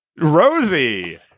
Rosie